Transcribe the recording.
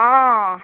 অ